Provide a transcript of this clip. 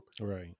Right